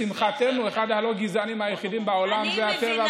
לשמחתנו אחד הלא-גזענים היחידים בעולם זה הטבע,